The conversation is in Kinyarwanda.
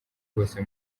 hose